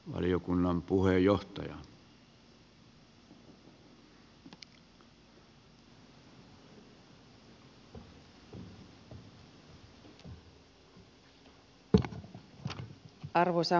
arvoisa herra puhemies